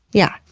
yeah.